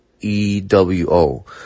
EWO